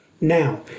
Now